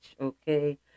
okay